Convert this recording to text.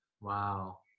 wow